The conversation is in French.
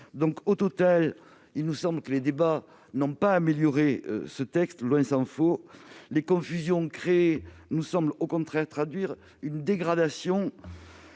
Au total, il nous semble que les débats n'ont pas amélioré ce texte, tant s'en faut ! Les confusions créées nous semblent, au contraire, traduire une dégradation